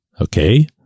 Okay